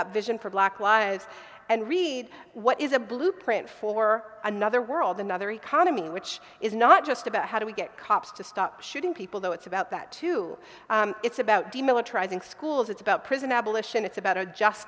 up vision for black lives and read what is a blueprint for another world another economy which is not just about how do we get cops to stop shooting people though it's about that too it's about demilitarizing schools it's about prison abolition it's about are just